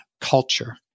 culture